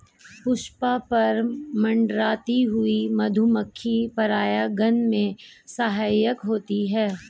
पुष्प पर मंडराती हुई मधुमक्खी परागन में सहायक होती है